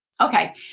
okay